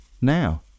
now